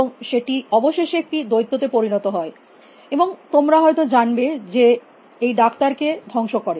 এবং সেটি অবশেষে একটি দৈত্য তে পরিণত হয় এবং তোমরা হয়ত জানবে যে এই ডাক্তার কে ধ্বংস করে